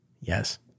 Yes